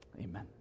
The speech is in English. amen